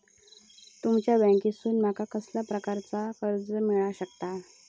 तुमच्या बँकेसून माका कसल्या प्रकारचा कर्ज मिला शकता?